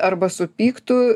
arba supyktų